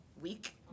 week